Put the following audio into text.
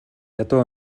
ядуу